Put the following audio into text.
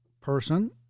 person